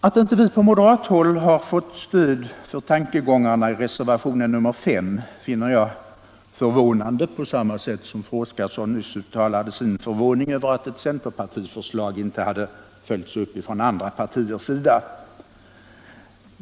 Att inte vi på moderat håll har fått stöd för tankegångarna i reservationen 5 finner jag förvånande, på samma sätt som fru Oskarsson nyss uttalade sin förvåning över att ett centerpartiförslag inte följts upp från andra partiers sida.